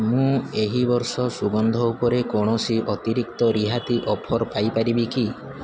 ମୁଁ ଏହି ବର୍ଷ ସୁଗନ୍ଧ ଉପରେ କୌଣସି ଅତିରିକ୍ତ ରିହାତି ଅଫର୍ ପାଇ ପାରିବି କି